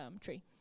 tree